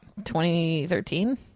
2013